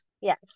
Yes